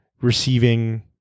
receiving